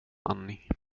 annie